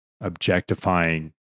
objectifying